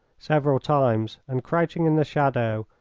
several times, and, crouching in the shadow,